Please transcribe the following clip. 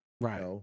Right